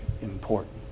important